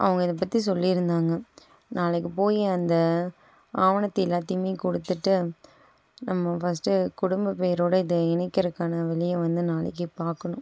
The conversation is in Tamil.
அவங்க இதை பற்றி சொல்லி இருந்தாங்க நாளைக்கு போய் அந்த ஆவணத்தை எல்லாத்தையுமே கொடுத்துட்டு நம்ம ஃபஸ்ட்டு அது குடும்ப பேரோடு இதை இணைக்கிறக்கான வழிய வந்து நாளைக்கு பார்க்கணும்